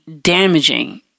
damaging